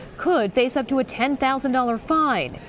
could face up to a ten thousand dollars fine.